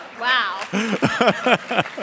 Wow